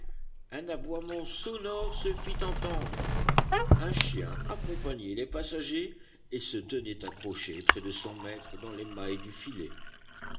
un aboiement sonore se fit entendre un chien accompagnait les passagers et se tenait accroché près de son maître dans les mailles du filet